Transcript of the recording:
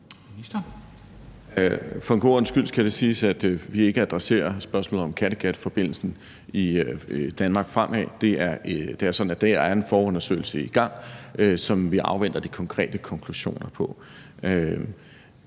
For en god ordens skyld skal det siges, at vi ikke adresserer spørgsmålet om Kattegatforbindelsen i Danmark fremad. Det er sådan, at der er en forundersøgelse i gang, som vi afventer de konkrete konklusioner på.